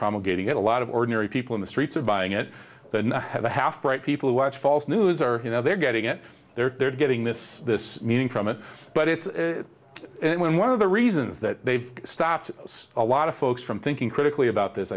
promulgating it a lot of ordinary people in the streets of buying it than i have a half right people who watch false news or you know they're getting it there they're getting this meaning from it but it's when one of the reasons that they've stopped a lot of folks from thinking critically about this